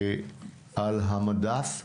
על המדף.